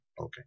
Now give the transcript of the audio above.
okay